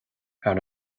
thar